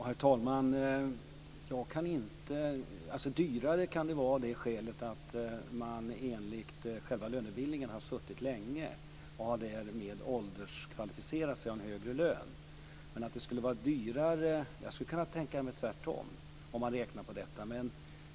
Herr talman! Det kan lönebildningsmässigt vara dyrare att anställa en som suttit länge och som har ålderskvalificerat sig för en högre lön, men jag skulle ändå kunna tänka mig att det visar sig vara tvärtom när man räknar på det.